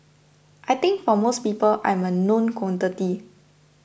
I think for most people I'm a known quantity